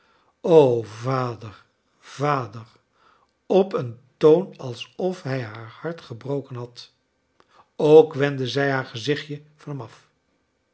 o vader vader j op een toon alsof hij haar hart gebroken had ook wendde zij haar gezichtje van